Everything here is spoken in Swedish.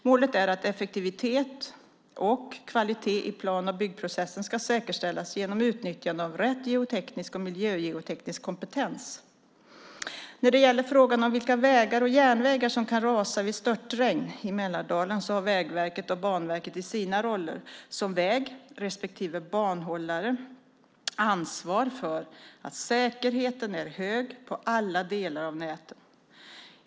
Målet är att effektivitet och kvalitet i plan och byggprocessen ska säkerställas genom utnyttjande av rätt geoteknisk och miljögeoteknisk kompetens. När det gäller frågan om vilka vägar och järnvägar som kan rasa vid störtregn i Mälardalen har Vägverket och Banverket i sina roller som väg respektive banhållare ansvar för att säkerheten är hög på alla delar av näten.